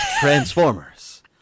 Transformers